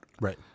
Right